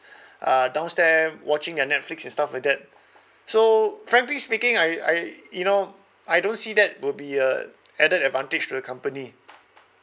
uh downstair watching their netflix and stuff like that so frankly speaking I I you know I don't see that will be a added advantage to the company